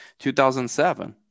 2007